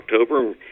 October